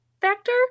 Factor